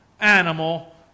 animal